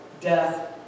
death